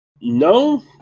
No